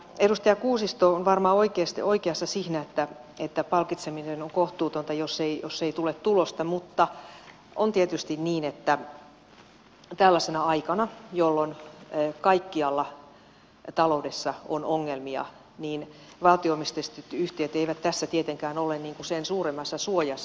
edustaja kuusisto on varmaan oikeassa siinä että palkitseminen on kohtuutonta jos ei tule tulosta mutta on tietysti niin että tällaisena aikana jolloin kaikkialla taloudessa on ongelmia valtio omisteiset yhtiöt eivät tässä tietenkään ole sen suuremmassa suojassa